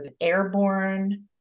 airborne